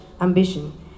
ambition